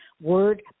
word